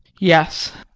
yes!